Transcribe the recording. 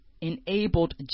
enabled